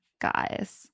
guys